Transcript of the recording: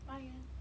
八月